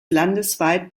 landesweit